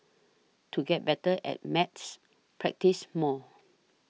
to get better at maths practise more